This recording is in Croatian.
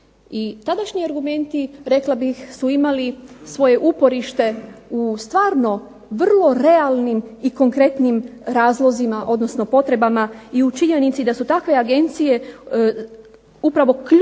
tadašnji argumenti rekla bih su imali svoje uporište u stvarno vrlo realnim i konkretnim razlozima, odnosno potrebama i u činjenici da su takve agencije upravo ključne